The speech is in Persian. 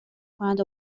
کند